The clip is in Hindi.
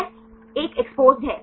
यह एक एक्सपोज्ड है